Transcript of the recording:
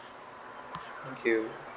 thank you